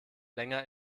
länger